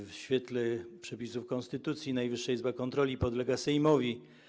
W świetle przepisów konstytucji Najwyższa Izba Kontroli podlega Sejmowi.